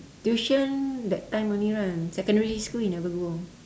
tuition that time only lah secondary school you never go